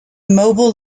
mobile